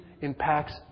impacts